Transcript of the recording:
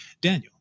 Daniel